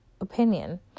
opinion